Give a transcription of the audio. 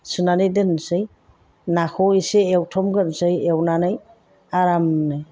सुनानै दोननोसै नाखौ एसे एवथुमग्रोनोसै एवनानै आरामनो